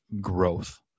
growth